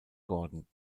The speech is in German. gordon